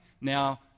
now